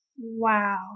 Wow